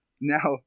Now